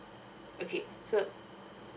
okay so